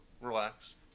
relax